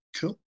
cool